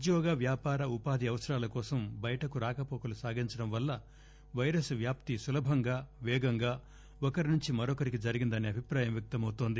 ఉద్యోగ వ్యాపార ఉపాధి అవసరాల కోసం బయటకు రాకపోకలు సాగించడం వల్ల వైరస్ వ్యాప్తి సులభంగా పేగంగా ఒకరి నుంచి మరొకరికి జరిగిందసే అభిప్రాయం వ్యక్తమవుతోంది